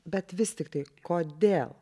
bet vis tiktai kodėl